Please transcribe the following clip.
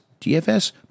DFS